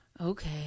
Okay